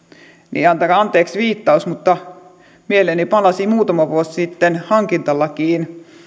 niin antakaa anteeksi viittaus mutta mieleeni palasivat muutama vuosi sitten hankintalakiin